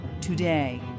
today